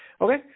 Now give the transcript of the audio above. Okay